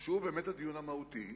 שהוא באמת הדיון המהותי,